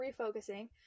refocusing